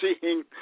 seeing